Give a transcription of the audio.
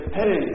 hey